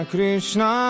Krishna